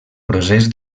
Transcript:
procés